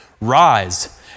rise